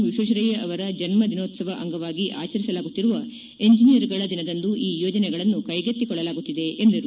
ವಿಶೇಕ್ಷರಯ್ತ ಅವರ ಜನದಿನೋತವ ಅಂಗವಾಗಿ ಆಚರಿಸಲಾಗುತ್ತಿರುವ ಇಂಜಿನಿಯರ್ಗಳ ದಿನದಂದು ಈ ಯೋಜನೆಗಳನ್ನು ಕ್ಕೆಗೆತ್ತಿಕೊಳ್ಳಲಾಗುತ್ತಿದೆ ಎಂದರು